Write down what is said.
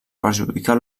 perjudicar